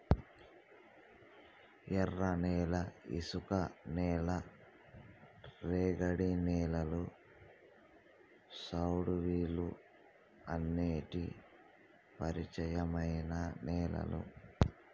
ఎర్రనేల, ఇసుక నేల, రేగడి నేలలు, సౌడువేలుఅనేటి పరిచయమైన నేలలు